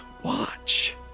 watch